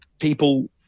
people